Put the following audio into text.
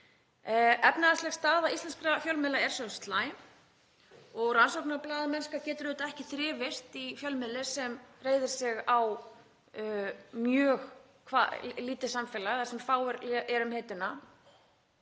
Efnahagsleg staða íslenskra fjölmiðla er slæm og rannsóknarblaðamennska getur auðvitað ekki þrifist hjá fjölmiðli sem reiðir sig á mjög lítið samfélag þar sem fáir eru um hituna